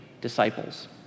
disciples